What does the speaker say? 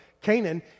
Canaan